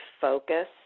focus